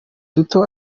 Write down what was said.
duto